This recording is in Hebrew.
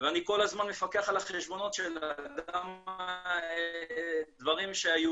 ואני כל הזמן מפקח על החשבונות שלה וגם דברים שהיו